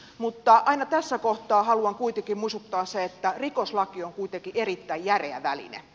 mutta aina tässä kohtaa haluan kuitenkin muistuttaa siitä että rikoslaki on kuitenkin erittäin järeä väline